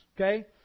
Okay